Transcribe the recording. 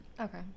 Okay